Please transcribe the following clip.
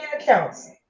accounts